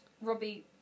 Robbie